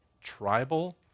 tribal